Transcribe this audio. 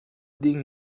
ding